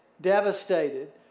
devastated